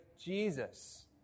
Jesus